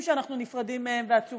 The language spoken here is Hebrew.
בטוחה, לא פה.